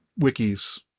wikis